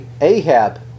Ahab